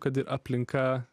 kad ir aplinka